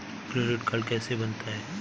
Credit card कैसे बनता है?